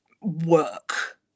work